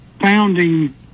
founding